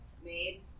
made